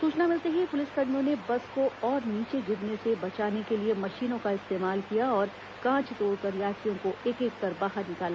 सूचना मिलते ही पुलिसकर्मियों ने बस को और नीचे गिरने से बचाने के लिए मशीनों का इस्तेमाल किया और कांच तोड़कर यात्रियों को एक एक कर बाहर निकाला